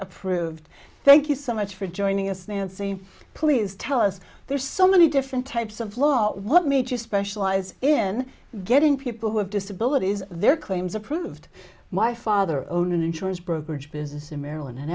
approved thank you so much for joining us now and saying please tell us there's so many different types of law what makes you specialize in getting people who have disabilities their claims approved my father own an insurance brokerage business in maryland and